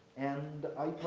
and i